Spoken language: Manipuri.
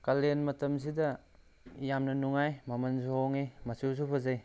ꯀꯥꯂꯦꯟ ꯃꯇꯝꯁꯤꯗ ꯌꯥꯝꯅ ꯅꯨꯉꯥꯏ ꯃꯃꯜꯁꯨ ꯍꯣꯡꯉꯦ ꯃꯆꯨꯁꯨ ꯐꯖꯩ